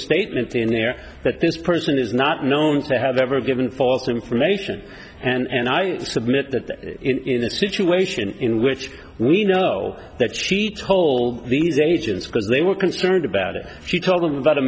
statement in there that this person is not known to have ever given false information and i submit that in a situation in which we know that she told these agents could they were concerned about it she told them about the